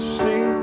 see